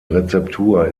rezeptur